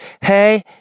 Hey